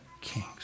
kings